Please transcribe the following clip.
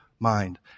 Mind